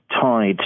tied